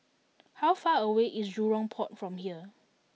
how far away is Jurong Port from here